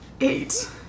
eight